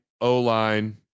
O-line